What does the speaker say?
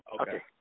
Okay